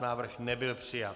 Návrh nebyl přijat.